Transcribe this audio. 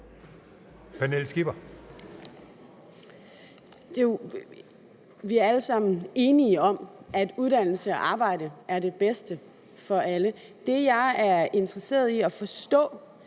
Vi er alle sammen enige om, at uddannelse og arbejde er det bedste for alle. Det, jeg er interesseret i at forstå,